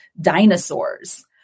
dinosaurs